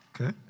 Okay